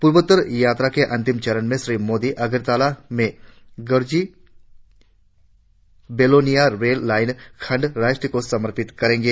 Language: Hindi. पूर्वोत्तर यात्रा के अंतिम चरण में श्री मोदी अगरतला में गरजी बेलोनिया रेल लाइन खंड राष्ट्र को समर्पित करेंगे